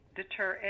deter